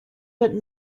but